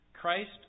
Christ